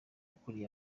ukuriye